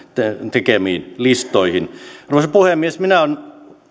tekemiin listoihin arvoisa puhemies minä olen